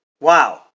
Wow